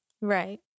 Right